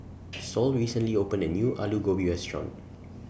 Sol recently opened A New Aloo Gobi Restaurant